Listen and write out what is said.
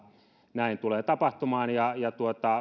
näin tulee tapahtumaan